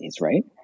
right